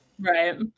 right